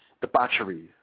debauchery